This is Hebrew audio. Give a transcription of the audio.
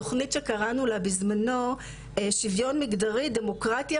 תוכנית שקראנו לה בזמנו "שוויון מגדרי דמוקרטיה